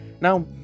Now